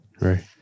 right